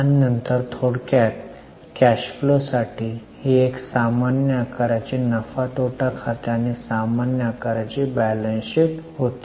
आणि नंतर थोडक्यात कॅश फ्लोसाठी ही एक सामान्य आकाराची नफा तोटा खाते आणि सामान्य आकाराची बॅलन्स शीट होती